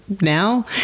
now